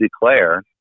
declare